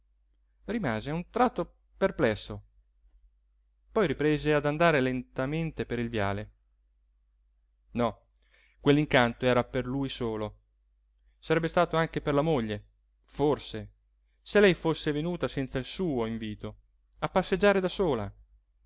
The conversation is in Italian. rimase un tratto perplesso poi riprese ad andare lentamente per il viale no quell'incanto era per lui solo sarebbe stato anche per la moglie forse se lei fosse venuta senza il suo invito a passeggiare da sola